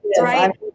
Right